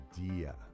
idea